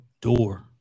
door